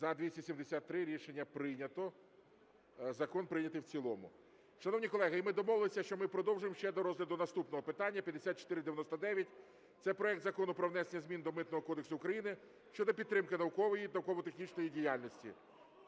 За-273 Рішення прийнято. Закон прийнятий в цілому. Шановні колеги, і ми домовилися, що ми продовжимо ще до розгляду наступного питання 5499. Це проект Закону про внесення змін до Митного кодексу України щодо підтримки наукової і науково-технічної діяльності.